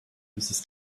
uses